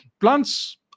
Plants